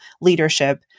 leadership